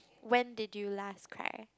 when did you last cry